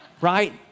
Right